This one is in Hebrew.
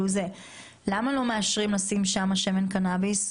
למה לא מאשרים שם לשים שמן קנאביס?